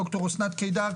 דוקטור אסנת קידר.